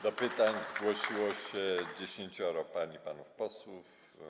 Do pytań zgłosiło się 10 pań i panów posłów.